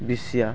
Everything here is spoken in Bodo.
बिसिया